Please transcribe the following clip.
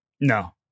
No